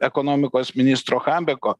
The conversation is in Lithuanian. ekonomikos ministro chambeko